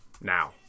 now